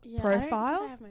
profile